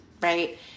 right